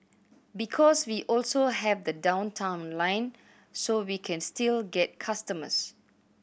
because we also have the Downtown Line so we can still get customers